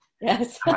Yes